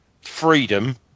freedom